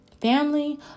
family